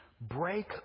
Break